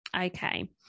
Okay